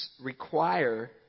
require